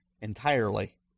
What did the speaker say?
entirely